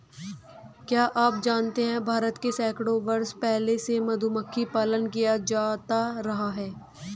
क्या आप जानते है भारत में सैकड़ों वर्ष पहले से मधुमक्खी पालन किया जाता रहा है?